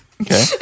Okay